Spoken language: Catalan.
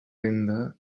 renda